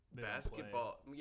basketball